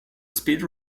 speed